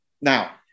Now